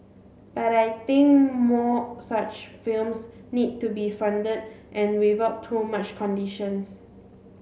but I think more such films need to be funded and without too much conditions